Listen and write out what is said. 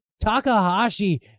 Takahashi